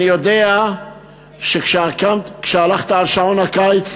אני יודע שכשהלכת על שעון הקיץ